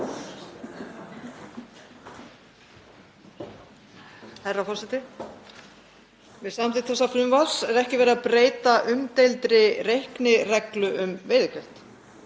Herra forseti. Við samþykkt þessa frumvarps er ekki verið að breyta umdeildri reiknireglu um veiðigjald.